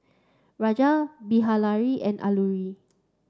Rajat Bilahari and Alluri